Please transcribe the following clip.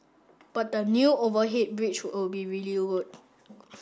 but the new overhead bridge will be really good